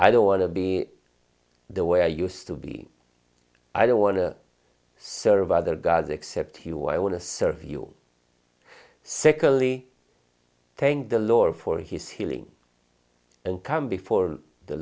i don't want to be the way i use to be i don't want to serve other gods except you i want to serve you secondly thank the lord for his healing and come before the